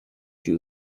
you